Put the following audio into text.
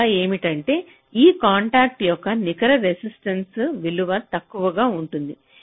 ఫలితం ఏమిటంటే ఈ కాంటాక్ట్ యొక్క నికర రెసిస్టెన్స విలువ తక్కువగా ఉంటుంది